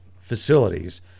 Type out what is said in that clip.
facilities